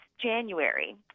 January